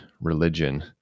religion